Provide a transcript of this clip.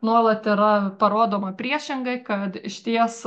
nuolat yra parodoma priešingai kad išties